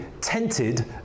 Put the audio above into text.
tented